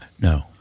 No